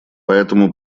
поэтому